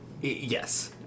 Yes